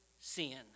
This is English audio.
sin